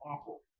awful